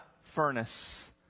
furnace